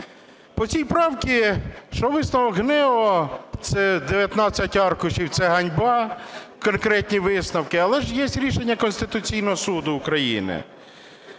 По цій правці, що висновок ГНЕУ – це 19 аркушів, це ганьба, конкретні висновки. Але ж є рішення Конституційного Суду України.